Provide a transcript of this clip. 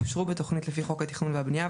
אושרו בתוכנית לפי חוק התכנון והבנייה,